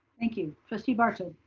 thank you, trustee barto.